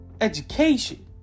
Education